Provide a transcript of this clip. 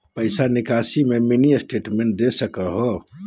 पैसा निकासी में मिनी स्टेटमेंट दे सकते हैं?